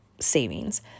savings